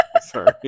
sorry